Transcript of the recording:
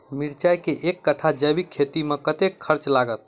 मिर्चा केँ एक कट्ठा जैविक खेती मे कतेक खर्च लागत?